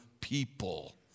people